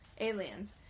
aliens